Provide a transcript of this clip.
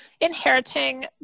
inheriting